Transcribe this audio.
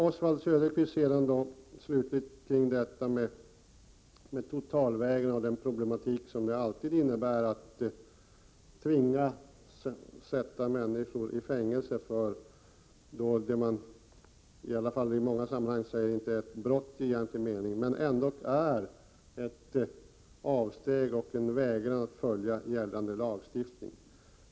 Oswald Söderqvist talar om totalvägrarna och den problematik som det alltid innebär att sätta människor i fängelse, när de inte i egentlig mening har begått något brott men ändå vägrat att följa gällande lagstiftning.